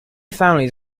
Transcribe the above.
families